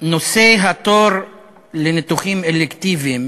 נושא התור לניתוחים אלקטיביים